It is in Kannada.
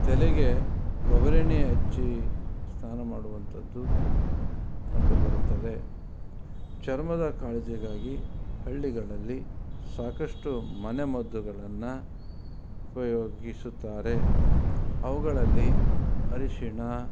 ತಲೆಗೆ ಕೊಬರೆಣ್ಣೆ ಹಚ್ಚಿ ಸ್ನಾನ ಮಾಡುವಂಥದ್ದು ಕಂಡು ಬರುತ್ತದೆ ಚರ್ಮದ ಕಾಳಜಿಗಾಗಿ ಹಳ್ಳಿಗಳಲ್ಲಿ ಸಾಕಷ್ಟು ಮನೆ ಮದ್ದುಗಳನ್ನು ಉಪಯೋಗಿಸುತ್ತಾರೆ ಅವುಗಳಲ್ಲಿ ಅರಶಿಣ